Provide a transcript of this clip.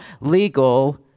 legal